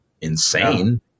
insane